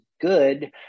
good